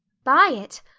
buy it!